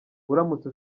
uramutse